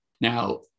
Now